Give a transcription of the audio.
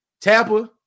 Tapper